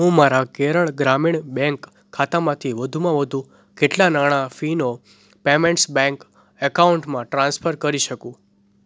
હું મારા કેરળ ગ્રામીણ બેંક ખાતામાંથી વધુમાં વધુ કેટલાં નાણા ફીનો પેમેન્ટ્સ બેંક એકાઉન્ટમાં ટ્રાન્સફર કરી શકું